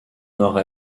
nord